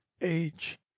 age